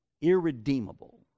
irredeemable